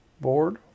board